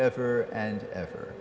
ever and ever